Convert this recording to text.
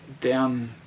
down